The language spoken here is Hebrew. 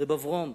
רב אברום,